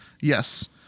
Yes